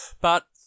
but-